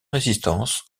résistance